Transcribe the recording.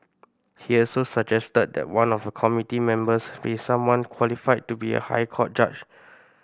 he also suggested that one of the committee members be someone qualified to be a High Court judge